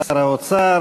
שר האוצר,